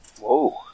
Whoa